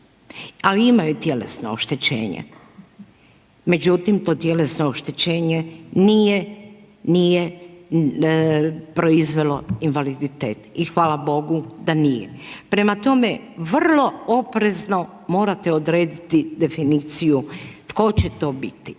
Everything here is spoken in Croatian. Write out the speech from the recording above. ali imaju tjelesno oštećenje međutim to tjelesno oštećenje nije proizvelo invaliditet i hvala Bogu da nije. Prema tome, vrlo oprezno morate odrediti definiciju tko će to biti.